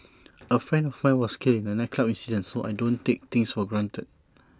A friend of mine was killed in A nightclub incident so I don't take things for granted